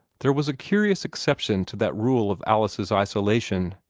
there was a curious exception to that rule of alice's isolation.